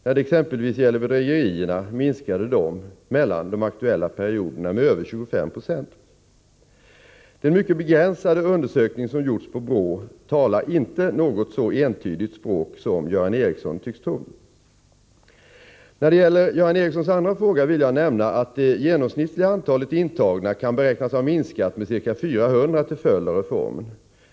När det exempelvis gäller bedrägerierna minskade dessa mellan de aktuella perioderna med över 25 9. Den mycket begränsade undersökning som gjorts på BRÅ talar inte något så entydigt språk som Göran Ericsson tycks tro. När det gäller Göran Ericssons andra fråga vill jag nämna att det genomsnittliga antalet intagna kan beräknas ha minskat med ca 400 till följd av reformen.